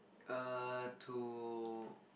err to